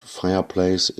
fireplace